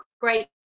great